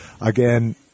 Again